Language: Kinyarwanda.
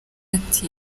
ati